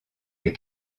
les